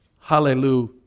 Hallelujah